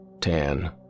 Tan